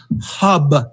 hub